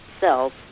cells